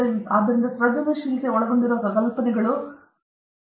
ಆದ್ದರಿಂದ ಸೃಜನಶೀಲತೆ ಒಳಗೊಂಡಿರುವ ಕಲ್ಪನೆಗಳು ಮತ್ತು ಪರಿಕಲ್ಪನೆಗಳ ಪೀಳಿಗೆಯಿದೆ